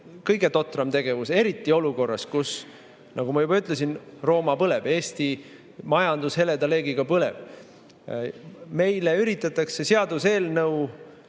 kõige totram tegevus, eriti olukorras, kus, nagu ma juba ütlesin, Rooma põleb – Eesti majandus heleda leegiga põleb. Meile üritatakse seaduseelnõu